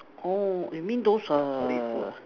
oh you mean those err